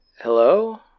Hello